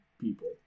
people